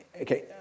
okay